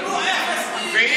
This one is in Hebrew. ואת חדרי הכושר.